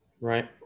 Right